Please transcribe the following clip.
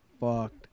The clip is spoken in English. fucked